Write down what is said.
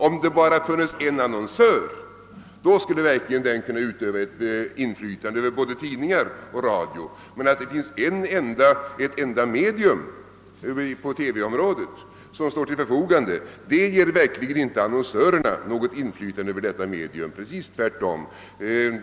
Om det bara funnes en annonsör, skulle verkligen denne kunna utöva ett inflytande över både tidningar och radio. Men om det finns ett enda medium på TV-området som står till förfogande, ger det verkligen inte annonsörer något inflytande över detta medium, utan motsatsen är fallet.